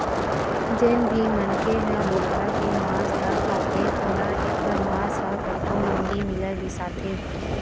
जेन भी मनखे ह बोकरा के मांस ल खाथे ओला एखर मांस ह कतको महंगी मिलय बिसाथे